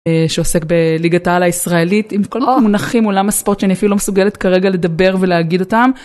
שעוסק בליגת העל הישראלית עם כל המונחים עולם הספורט שאני אפילו מסוגלת כרגע לדבר ולהגיד אותם.